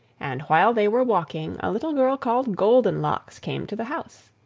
and while they were walking, a little girl called goldenlocks came to the house.